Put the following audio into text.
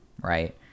right